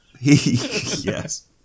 Yes